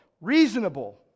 reasonable